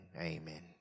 Amen